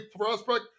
prospect